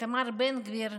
איתמר בן גביר,